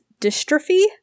dystrophy